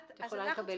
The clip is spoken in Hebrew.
את יכולה לקבל פילוח.